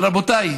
אבל רבותיי,